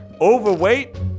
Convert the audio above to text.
overweight